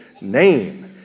name